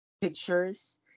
pictures